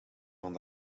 van